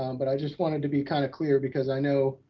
um but i just wanted to be kind of clear because i know,